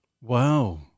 Wow